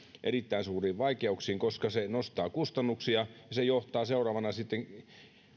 erittäin suuriin vaikeuksiin koska se nostaa kustannuksia ja johtaa seuraavana sitten